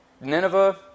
Nineveh